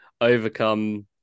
Overcome